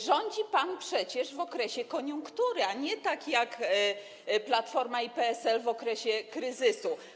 Rządzi pan przecież w okresie koniunktury, a nie, tak jak Platforma i PSL, w okresie kryzysu.